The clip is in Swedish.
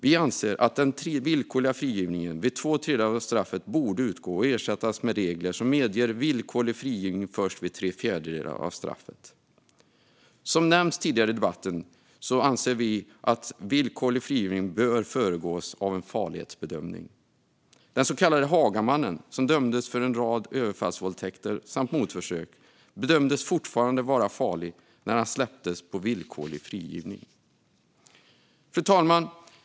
Vi anser att den villkorliga frigivningen efter två tredjedelar av strafftiden borde utgå och ersättas med regler som medger villkorlig frigivning först efter tre fjärdedelar av strafftiden. Som nämnts tidigare i debatten anser vi att villkorlig frigivning bör föregås av en farlighetsbedömning. Den så kallade Hagamannen, som dömdes för en rad överfallsvåldtäkter samt mordförsök, bedömdes fortfarande vara farlig när han släpptes genom villkorlig frigivning. Fru talman!